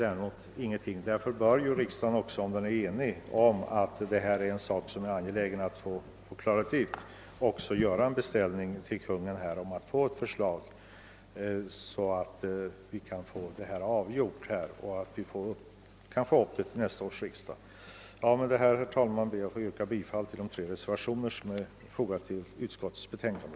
Om riksdagen är enig om att det är angeläget att klara upp detta bör också en beställning av ett förslag göras till regeringen, så att vi kan få frågan avgjord vid nästa års riksdag. Med detta, herr talman, ber jag att få yrka bifall till de tre reservationer som är fogade till utskottets betänkande.